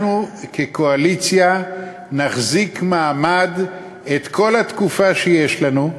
אנחנו כקואליציה נחזיק מעמד את כל התקופה שיש לנו,